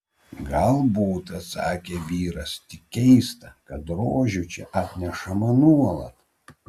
galbūt atsakė vyras tik keista kad rožių čia atnešama nuolat